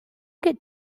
get